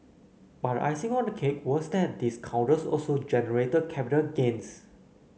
but the icing on the cake was that these counters also generated capital gains